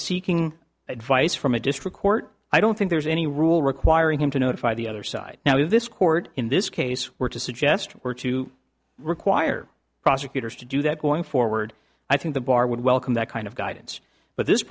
seeking advice from a district court i don't think there's any rule requiring him to notify the other side now in this court in this case were to suggest or to require prosecutors to do that going forward i think the bar would welcome that kind of guidance but this